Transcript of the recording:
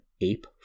ape